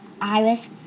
Iris